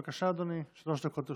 בבקשה, אדוני, שלוש דקות לרשותך.